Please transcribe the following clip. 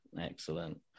Excellent